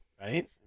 right